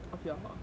of your